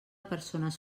persones